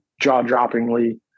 jaw-droppingly